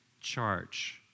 charge